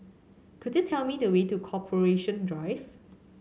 could you tell me the way to Corporation Drive